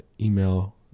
email